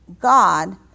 God